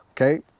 okay